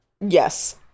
Yes